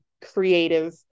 creative